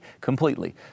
completely